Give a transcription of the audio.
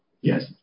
Yes